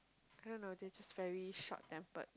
I don't know they just very short tempered